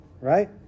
right